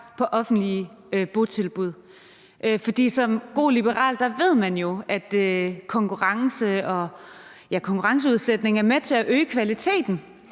på offentlige botilbud. For som god liberal ved man jo, at konkurrenceudsættelse er med til at øge kvaliteten,